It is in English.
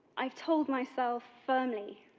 i've told myself firmly